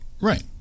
Right